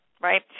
Right